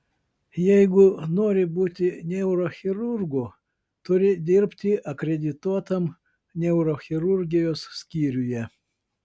jeigu nori būti neurochirurgu turi dirbti akredituotam neurochirurgijos skyriuje